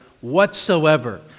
whatsoever